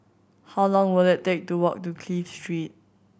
how long will it take to walk to Clive Street